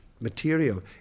material